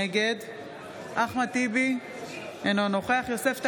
נגד אחמד טיבי, אינו נוכח יוסף טייב,